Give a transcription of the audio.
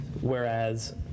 Whereas